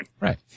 Right